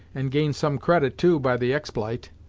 and gain some credit, too, by the expl'ite.